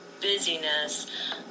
busyness